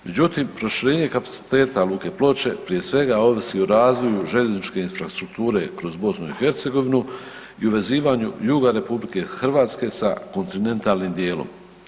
Međutim proširenje kapaciteta luke Ploče, prije svega ovisi o razvoju željezničke infrastrukture kroz BiH i uvezivanju juga RH sa kontinentalnim djelom.